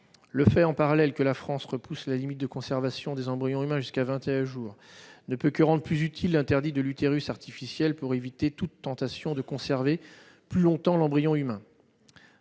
Le fait, en parallèle, que la France repousse la limite de conservation des embryons humains jusqu'à vingt et un jours ne peut que rendre plus utile l'interdit de l'utérus artificiel, pour éviter toute tentation de conserver plus longtemps l'embryon humain.